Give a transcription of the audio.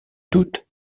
doute